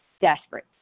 desperate